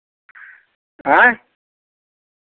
आँय